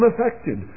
unaffected